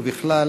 ובכלל